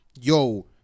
yo